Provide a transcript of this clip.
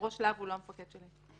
ראש להב הוא לא המפקד שלי.